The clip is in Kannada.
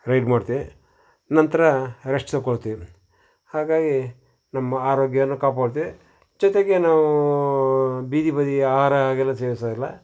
ರೈಡ್ ಮಾಡ್ತೀವಿ ನಂತರ ರೆಸ್ಟ್ ತಕೊಳ್ತೀವಿ ಹಾಗಾಗಿ ನಮ್ಮ ಆರೋಗ್ಯಾನು ಕಾಪಾಡ್ತೀವಿ ಜೊತೆಗೆ ನಾವು ಬೀದಿ ಬದಿ ಆಹಾರ ಎಲ್ಲ ಸೇವಿಸೋದಿಲ್ಲ